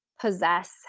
possess